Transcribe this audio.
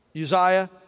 Uzziah